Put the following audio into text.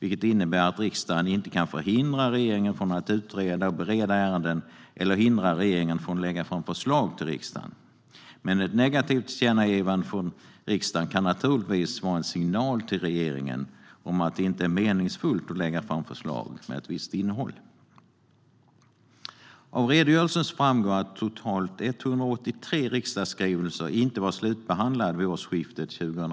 Det innebär att riksdagen inte kan hindra regeringen från att utreda och bereda ärenden eller från att lägga fram förslag till riksdagen. Men ett negativt tillkännagivande från riksdagen kan naturligtvis vara en signal till regeringen om att det inte är meningsfullt att lägga fram förslag med ett visst innehåll. Av redogörelsen framgår att totalt 183 riksdagsskrivelser inte var slutbehandlade vid årsskiftet 2015/16.